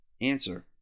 Answer